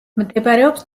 მდებარეობს